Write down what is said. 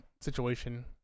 situation